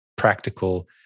practical